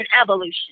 evolution